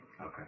Okay